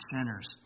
sinners